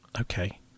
Okay